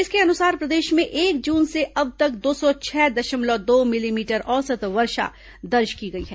इसके अनुसार प्रदेश में एक जून से अब तक दो सौ छह दशमलव दो मिलीमीटर औसत वर्षा दर्ज की गई है